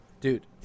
Dude